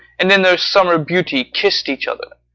and in their summer beauty kiss'd each other.